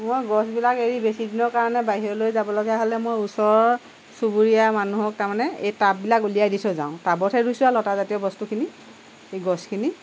মই গছবিলাক এৰি বেছি দিনৰ কাৰণে বাহিৰলৈ যাব লগা হ'লে মই ওচৰ চুবুৰীয়া মানুহক তাৰমানে এই টাববিলাক উলিয়াই দি থৈ যাওঁ টাবতহে ৰুইছোঁ আৰু লতা জাতীয় বস্তুখিনি সেই গছখিনি